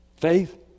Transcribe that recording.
Faith